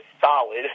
solid